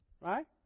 Right